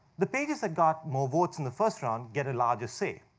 the pages like got more votes in the first round get a larger say.